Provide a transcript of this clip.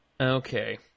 Okay